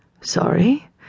Sorry